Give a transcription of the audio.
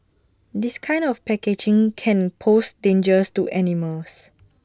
this kind of packaging can pose dangers to animals